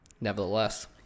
Nevertheless